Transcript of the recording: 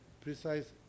precise